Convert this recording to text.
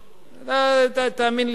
תאמין לי,